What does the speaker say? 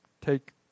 take